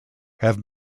have